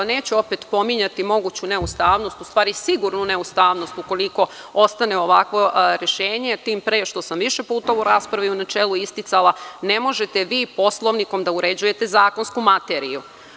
Neću opet pominjati moguću neustavnost, u stvari sigurno neustavnost ukoliko ostane ovakvo rešenje, tim pre što sam više puta u raspravi u načelu isticala, ne možete vi Poslovnikom da uređujete zakonsku materiju.